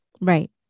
Right